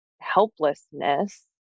helplessness